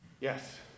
Yes